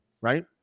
right